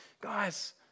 Guys